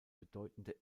bedeutende